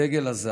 הדגל הזה,